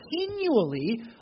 continually